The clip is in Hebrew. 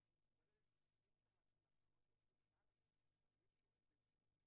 ביחס לאוכלוסייה קטנה שאם אתה בודק קבוצה מסוימת,